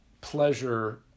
pleasure